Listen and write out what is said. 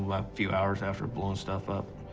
like few hours after blowing stuff up,